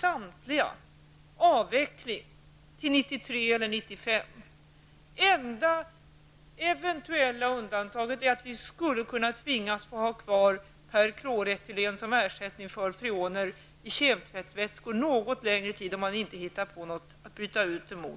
fram till 1993 eller 1995. Det enda eventuella undantaget skulle vara om vi tvingas att ha kvar perkloretylen som ersättning för freoner i kemtvättsvätskor något längre tid, om man inte hittar på något att ersätta dem med.